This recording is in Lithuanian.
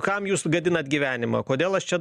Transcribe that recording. kam jūs gadinat gyvenimą kodėl aš čia